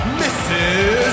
mrs